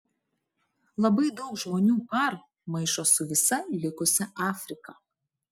labai daug žmonių par maišo su visa likusia afrika